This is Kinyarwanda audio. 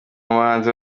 bahanzi